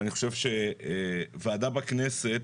אני חושב שוועדה בכנסת